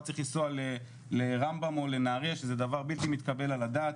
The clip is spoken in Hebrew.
צריך לנסוע לרמב"ם או לנהריה שזה דבר בלתי מתקבל על הדעת,